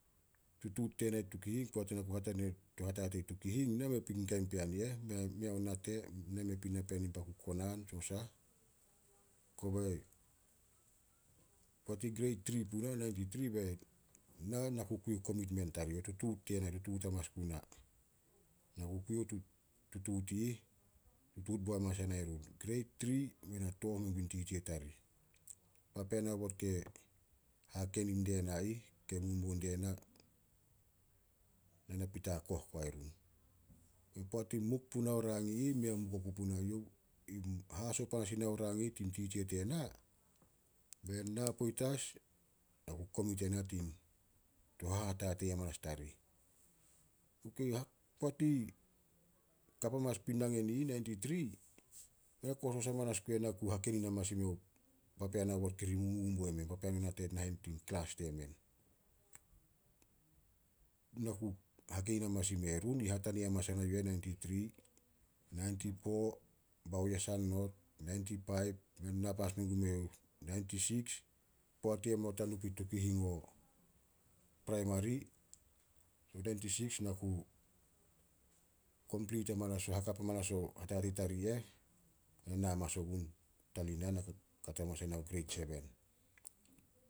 Tutuut tena i Tukihing poat ena ku hatania to hatatei Tukihing, na mei pui kain pean i eh. Mei- mei ao nate, na mei pui napean in baku konan tso sah. Kobae, poat i greit tri puna nainti tri, na ku kui o komitmen tarih. O tutuut tena tutuut amanas guna. Na ku kui o tutuut i ih, tutuut bo hamanas yana run. Greit tri be na tooh mengun titsia tarih, papean aobot ke hahakenin die na ih, ke momua die na, ne na pita hakoh guai run. Poat i muk puna o rang i ih, mei muk oku punai youh. Haso panas i na o rang i ih tin titsia tena, be na poit as, na ku komit ena to hatatei amanas tarih. Poat i kap hamanas pui nangen i ih, nainti tri, kosos hamanas gue na ku hakenin amanas o papean aobot kiri momomua emen. Papean o nate nahen tin klas temen. Na ku amanas ime run, hatania amanas ana yu eh nainti tri, nainti poo baoyesan not, nainti paip be na panas mengume youh. Nainti siks, poat i eh mei not a nu pui Tukihing o praimari. Nainti siks na ku hakap hamanas o hatatei tarih eh be na na hamanas ougn i Talina, Kato hamanas ya nao greit seben.